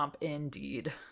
indeed